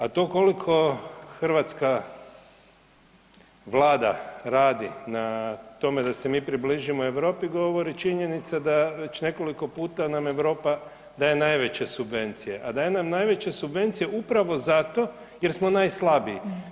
A to toliko hrvatska Vlada radi na tome da se mi približimo Europi, govori činjenica da već nekoliko puta nam Europa daje najveće subvencije a daje nam najveće subvencije upravo zato jer smo najslabiji.